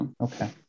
Okay